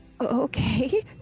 okay